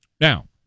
Now